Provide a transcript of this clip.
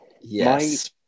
Yes